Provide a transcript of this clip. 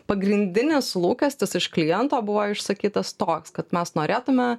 pagrindinis lūkestis iš kliento buvo išsakytas toks kad mes norėtume